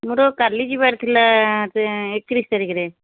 ମୋର କାଲି ଯିବାର ଥିଲା ସେ ଏକତିରିଶ ତାରିଖରେ